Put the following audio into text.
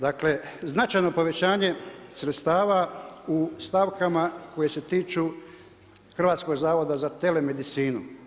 Dakle značajno povećanja sredstava u stavkama koje se tiču Hrvatskoga zavoda za telemedicinu.